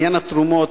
עניין התרומות.